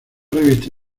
revista